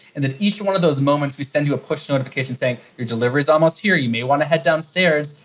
and and each and one of those moments, we send you a push notification saying you're delivers almost here, you may want to head downstairs.